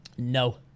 No